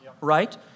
right